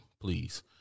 please